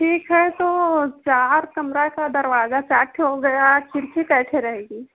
ठीक है तो चार कमरे के दरवाज़े साठ हो गया खिड़की कैसे रहेगी